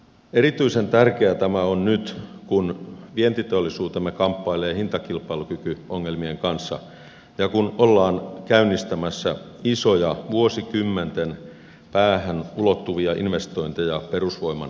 erityisen tärkeää tämä on nyt kun vientiteollisuutemme kamppailee hintakilpailukykyongelmien kanssa ja kun ollaan käynnistämässä isoja vuosikymmenten päähän ulottuvia investointeja perusvoiman tuotantoon